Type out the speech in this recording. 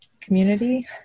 community